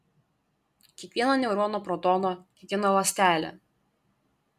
kiekvieną neuroną protoną kiekvieną ląstelę